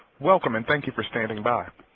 welcome and thank you for standing by.